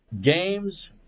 games